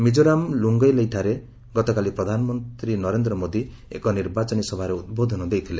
ମିକୋରାମ ଲୁଙ୍ଗଲେଇଠାରେ ଗତକାଲି ପ୍ରଧାନମନ୍ତ୍ରୀ ମୋଦି ଏକ ନିର୍ବାଚନ ସଭାରେ ଉଦ୍ବୋଧନ ଦେଇଥିଲେ